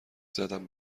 زدم